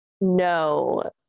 no